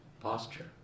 posture